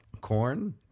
corn